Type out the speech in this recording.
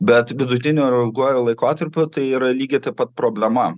bet vidutiniu ar ilguoju laikotarpiu tai yra lygiai taip pat problema